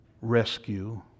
rescue